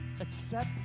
Accept